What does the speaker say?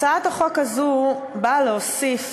הצעת החוק הזאת באה להוסיף